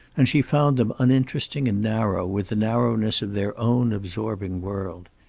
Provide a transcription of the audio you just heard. and she found them uninteresting and narrow with the narrowness of their own absorbing world.